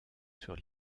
sur